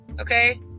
Okay